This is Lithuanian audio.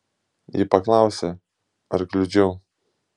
ji paklausė ar kliudžiau